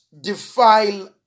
defile